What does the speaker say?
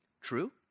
True